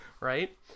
right